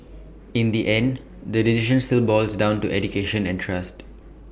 in the end the decision still boils down to education and trust